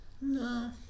No